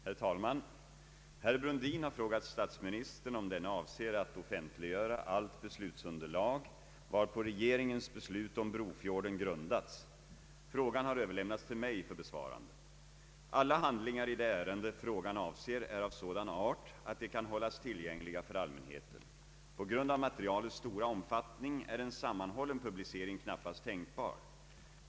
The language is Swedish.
Herr talman! Herr Brundin har frågat statsministern om denne avser att offentliggöra allt beslutsunderlag varpå regeringens beslut om Brofjorden grundats. Frågan har överlämnats till mig för besvarande. Alla handlingar i det ärende frågan avser är av sådan art att de kan hållas tillgängliga för allmänheten. På grund av materialets stora omfattning är en sammanhållen publicering knappast tänkbar.